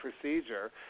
procedure